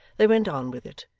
they went on with it,